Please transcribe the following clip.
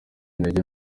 intege